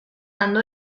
andò